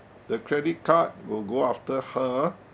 the credit card will go after her